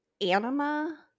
anima